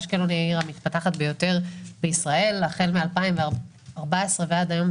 אשקלון היא העיר המתפתחת ביותר בישראל החל מ-2014 ועד היום,